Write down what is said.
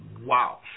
wow